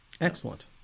Excellent